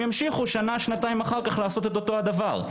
ימשיכו שנה-שנתיים אחר כך לעשות את אותו הדבר.